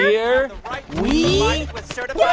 here we but sort of yeah